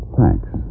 Thanks